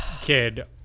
kid